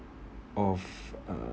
of uh